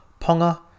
Ponga